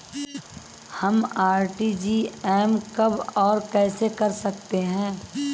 हम आर.टी.जी.एस कब और कैसे करते हैं?